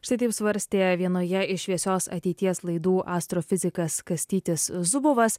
šitaip svarstė vienoje iš šviesios ateities laidų astrofizikas kastytis zubovas